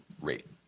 rate